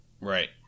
Right